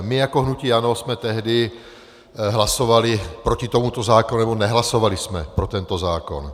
My jako hnutí ANO jsme tehdy hlasovali proti tomuto zákonu nebo nehlasovali jsme pro tento zákon.